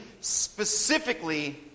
specifically